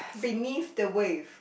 beneath the wave